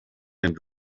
and